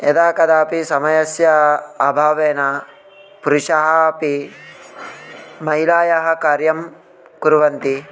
यदाकदापि समयस्य अभावेन पुरुषाः अपि महिलायाः कार्यं कुर्वन्ति